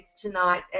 tonight